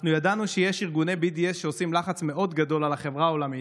אנחנו ידענו שיש ארגוני BDS שעושים לחץ מאוד גדול על החברה העולמית.